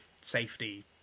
safety